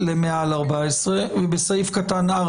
בנוסח כמו שסעיף (4)